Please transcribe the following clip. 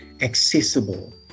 accessible